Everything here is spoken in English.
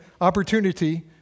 opportunity